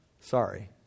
Sorry